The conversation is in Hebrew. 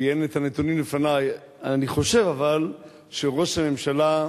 כי אין נתונים לפני, אבל אני חושב שראש הממשלה,